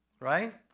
right